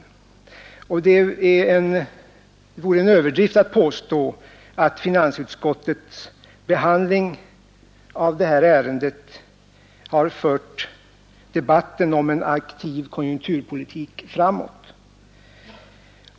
Det vore en överdrift att påstå att finansutskottets behandling av detta ärende har fört debatten om en aktiv konjunkturpolitik framåt.